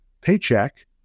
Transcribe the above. paycheck